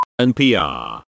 NPR